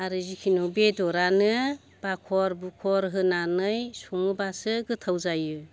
आरो जिखुनु बेदरानो बाखर बुखर होनानै सङोबासो गोथाव जायो